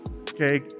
okay